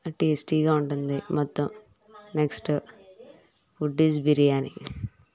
టేస్టీగా ఉంటుంది మొత్తం నెక్స్ట్ ఫుడ్డు ఈజ్ బిర్యానీ